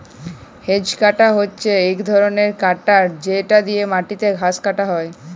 hedge cutter হছে ইক ধরলের কাটার যেট দিঁয়ে মাটিতে ঘাঁস কাটা হ্যয়